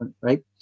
right